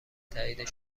تایید